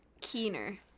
Keener